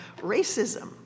racism